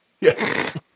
Yes